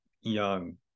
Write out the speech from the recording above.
young